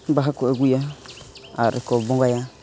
ᱵᱟᱦᱟᱠᱚ ᱟᱹᱜᱩᱭᱟ ᱟᱨᱠᱚ ᱵᱚᱸᱜᱟᱭᱟ